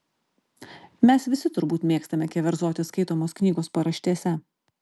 mes visi turbūt mėgstame keverzoti skaitomos knygos paraštėse